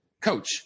Coach